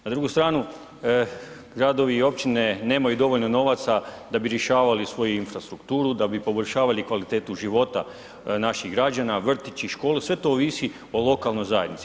Na drugu stranu, gradovi i općine nemaju dovoljno novaca da bi rješavali svoju infrastrukturu, da bi poboljšavali kvalitetu života naših građana, vrtić i školu, sve to ovisi o lokalnoj zajednici.